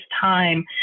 time